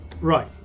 Right